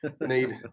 need